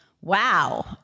wow